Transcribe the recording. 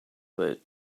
but